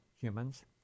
humans